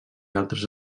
altres